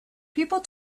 people